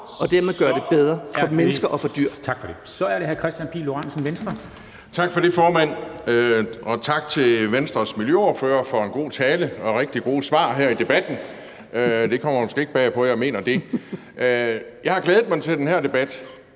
for det! Så er det hr. Kristian Pihl Lorentzen, Venstre. Kl. 11:11 Kristian Pihl Lorentzen (V): Tak for det, formand, og tak til Venstres miljøordfører for en god tale og rigtig gode svar her i debatten. Det kommer vist ikke bag på nogen, at jeg mener det. Jeg har glædet mig til den her debat,